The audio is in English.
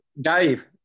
Dave